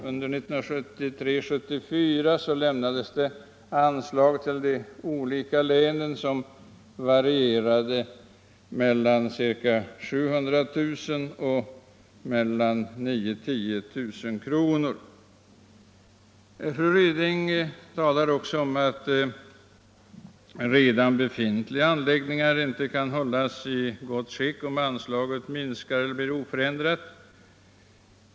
Under budgetåret 1973/74 lämnades det anslag till de olika länen som varierade mellan ca 700 000 kr. och 9000-10 000 kr. Fru Ryding säger också att redan befintliga anläggningar inte kan hållas i gott skick om anslaget minskar eller förblir oförändrat.